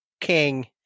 king